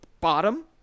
bottom